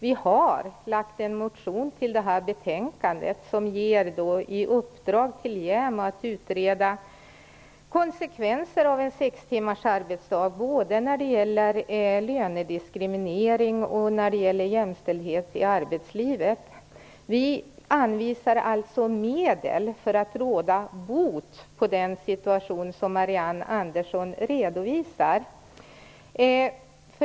Vi har en motion i det här betänkandet där vi vill ge JämO i uppdrag att utreda konsekvenserna av en sex timmars arbetsdag både när det gäller lönediskriminering och när det gäller jämställdhet i arbetslivet. Vi anvisar alltså medel för att råda bot på den situation som Marianne Andersson redovisar.